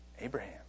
Abraham